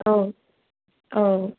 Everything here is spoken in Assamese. অঁ অঁ